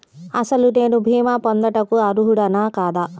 అసలు నేను భీమా పొందుటకు అర్హుడన కాదా?